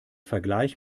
vergleich